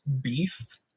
beast